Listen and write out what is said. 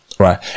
Right